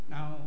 Now